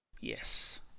yes